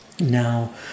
Now